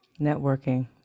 networking